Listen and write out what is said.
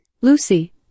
Lucy